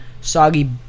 soggy